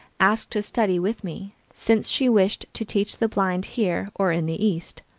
asked to study with me, since she wished to teach the blind here or in the east.